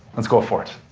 let's go for it.